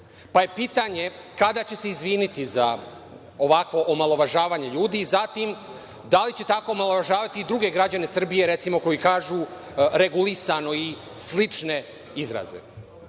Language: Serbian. pa je pitanje kada će se izviniti za ovakvo omalovažavanje ljudi, zatim da li će tako omalovažavati i druge građane Srbije, recimo koji kažu „regulisano“ i slične izraze.